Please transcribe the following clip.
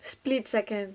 split second